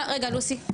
רגע לוסי,